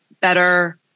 better